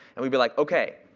and we'd be like, ok,